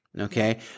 Okay